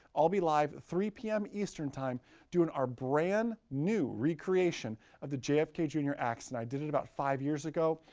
i'll be live three p m. eastern time doing our brand-new recreation of the jfk junior acts. and i did it about five years ago.